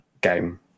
game